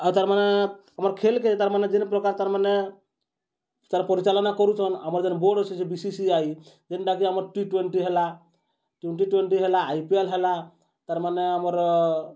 ଆଉ ତାର୍ମାନେ ଆମର୍ ଖେଲ୍କେ ତାର୍ମାନେ ଯେନ୍ ପ୍ରକାର୍ ତାର୍ମାନେ ତାର୍ ପରିଚାଳନା କରୁଚନ୍ ଆମର୍ ଯେନ୍ ବୋର୍ଡ଼୍ ଅଛେ ବି ସି ସି ଆଇ ଯେନ୍ଟାକି ଆମର୍ ଟି ଟ୍ୱେଣ୍ଟି ହେଲା ଟ୍ୱେଣ୍ଟି ଟ୍ୱେଣ୍ଟି ହେଲା ଆଇ ପି ଏଲ୍ ହେଲା ତାର୍ମାନେ ଆମର